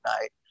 night